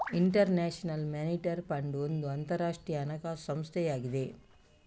inter national monetary fund ಒಂದು ಅಂತರಾಷ್ಟ್ರೀಯ ಹಣಕಾಸು ಸಂಸ್ಥೆಯಾಗಿದೆ